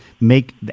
make